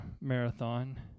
marathon